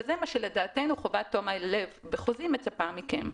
זה מה שלדעתנו חובת תום-הלב בחוזים מצפה מכם.